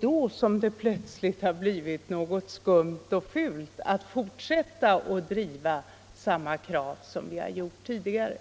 då har det plötsligt blivit skumt och fult att fortsätta att driva samma krav som vi har gjort tidigare.